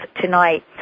tonight